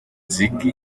ziggy